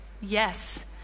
Yes